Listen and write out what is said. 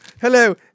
Hello